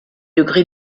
degré